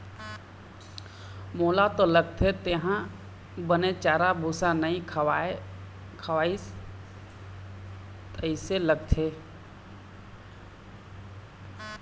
मोला तो लगथे तेंहा बने चारा भूसा नइ खवास तइसे लगथे